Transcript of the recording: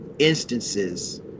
instances